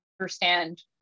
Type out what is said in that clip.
understand